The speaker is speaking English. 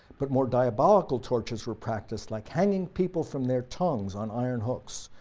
but more diabolical tortures were practiced like hanging people from their tongues on iron hooks,